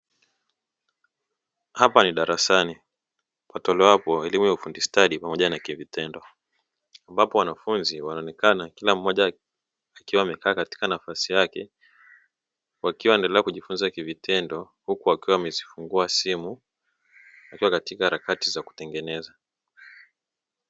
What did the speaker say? Hapa ni darasani patolewapo elimu ya ufundi stadi pamoja na kivitendo, ambapo wanafunzi wanaonekana kila mmoja akiwa amekaa katika nafasi yake, wakiwa wanaendelea kujifunza kivitendo, huku wakiwa wamezifungua simu wakiwa katika harakati za kutengeneza.